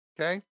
Okay